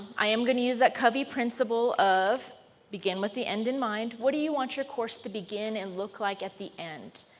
i am going to use that covey principle of begin with the end in mind. what you want your course to begin and look like at the end?